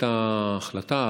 הייתה החלטה,